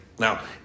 Now